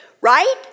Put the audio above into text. right